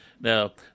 Now